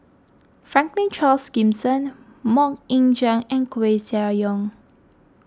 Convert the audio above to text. Franklin Charles Gimson Mok Ying Jang and Koeh Sia Yong